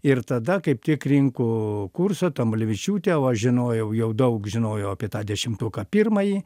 ir tada kaip tik rinko kursą tamulevičiūtė o aš žinojau jau daug žinojau apie tą dešimtuką pirmąjį